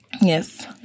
Yes